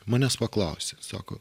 manęs paklausė sako